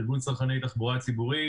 ארגון צרכני התחבורה הציבורית.